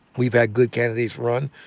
we've had good candidates run.